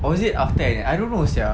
or was it after N_S I don't know sia